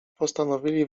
postanowili